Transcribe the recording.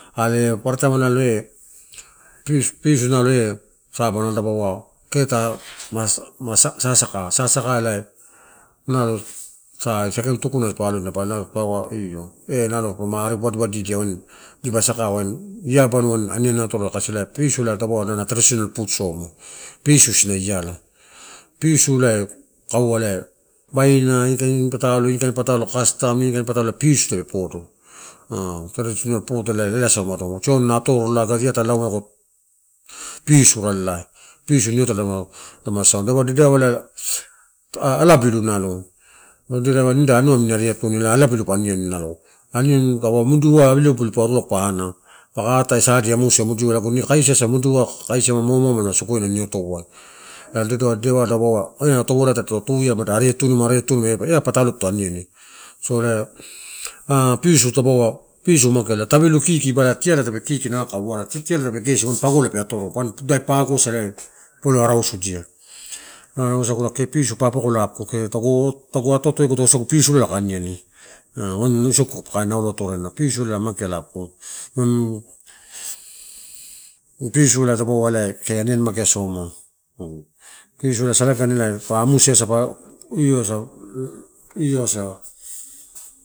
Are eh paparataim nalo eh pis-pisu nalo eh saba nalo dapaua kee ta ma masasaka, sasaka ela nalo sa saikain tukuna nalo dipa alo nalo io dipa ari wadiwadi dia wain dipa saka wain year banuai aniani na atorola, kasi pisu ela ada traditional food soma. Pisu isi na iala, pisu ela kaua ela baina ini kain patalo, inikain patalo, kastom ini kain patalo, pisu tape podo. traditional food elaiosa umado. Tioni na atorola agu lago ta, lauma lago pisu rarelai, pisu niotola dapalama sasauina dapauaa dedeaua ah alabilu nalo. Nalo dedeaua nida anua amini ari atu atuni, ela alabilu pa aniani nalo. Aniani mudiuai alabilu pa irua lago pu anaeu, muka atai sa di amusia lago ine mudiuaiasa kaisi moamoaua lama sogoina nitouai. Ela dedeaua dupau eh ia tovola tada tuia mada ari atuni, ariatunima eh a patalo ta aniania. So ela pisu tapaua pisu mageala tabilu kiki ba tiala tape kikina wara. Titiala tape gesi atora. Wain ida pagoaisa paato arausudia. Ah ela wasagu la ke pisu papakola koke, tagu atoato eguto wasagula pisula gai aniani. A wain isogu kai naulo atoraina. Pisu na mageala apuku pisu dapaua aniani magea soma pisu ela salagan amusiasaba io asa-io asa.